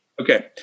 Okay